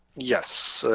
yes.